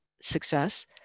success